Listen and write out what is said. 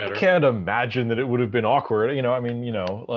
ah can't imagine that it would have been awkward you know, i mean you know,